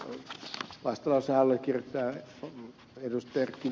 tämän vastalauseen ensimmäinen allekirjoittaja ed